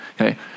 Okay